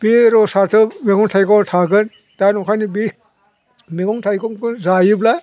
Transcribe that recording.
बे रसाथ' मैगं थाइगं थागोन दा नंखायनो बे मैगं थाइगंखौ जायोब्ला